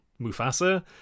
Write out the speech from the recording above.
Mufasa